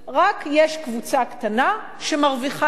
רק יש קבוצה קטנה שמרוויחה יותר.